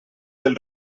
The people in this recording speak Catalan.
del